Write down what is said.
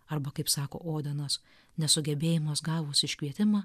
arba kaip sako odenas nesugebėjimas gavus iškvietimą